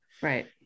Right